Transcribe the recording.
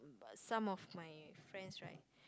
but some of my friends right